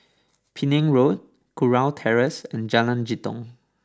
Penang Road Kurau Terrace and Jalan Jitong